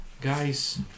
guys